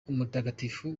umutagatifu